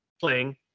playing